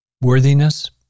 worthiness